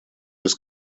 без